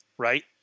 right